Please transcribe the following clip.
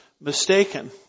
mistaken